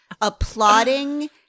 applauding